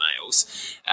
males